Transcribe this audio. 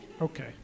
Okay